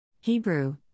Hebrew